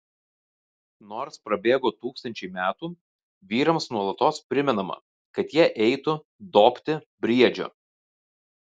nors prabėgo tūkstančiai metų vyrams nuolatos primenama kad jie eitų dobti briedžio